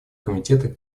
комитетах